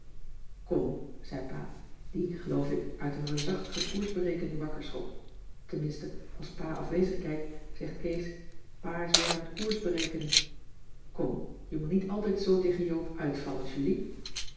kom zei pa die geloof ik uit een reusachtige koersberekening wakker schrok tenminste als pa afwezig kijkt zegt kees pa is weer aan t koers berekenen kom je moet niet altijd zoo tegen joop uitvallen julie